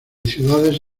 ciudades